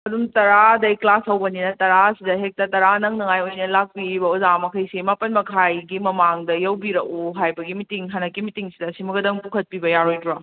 ꯑꯗꯨꯝ ꯇꯔꯥꯗꯩ ꯀ꯭ꯂꯥꯁ ꯍꯧꯕꯅꯤꯅ ꯇꯔꯥꯁꯤꯗ ꯍꯦꯛꯇ ꯇꯔꯥ ꯅꯪꯅꯤꯉꯥꯏ ꯑꯣꯏꯅ ꯂꯥꯛꯄꯤꯔꯤꯕ ꯑꯣꯖꯥ ꯃꯈꯩꯁꯦ ꯃꯥꯄꯟ ꯃꯈꯥꯏꯒꯤ ꯃꯃꯥꯡꯗ ꯌꯧꯕꯤꯔꯛꯎ ꯍꯥꯏꯕꯒꯤ ꯃꯤꯇꯤꯡ ꯍꯟꯗꯛꯀꯤ ꯃꯤꯇꯤꯡꯁꯤꯗ ꯁꯤꯃꯒꯗꯪ ꯄꯨꯈꯠꯄꯤꯕ ꯌꯥꯔꯣꯏꯗ꯭ꯔꯣ